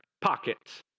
pockets